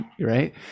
right